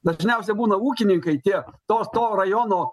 dažniausiai būna ūkininkai tie tos to rajono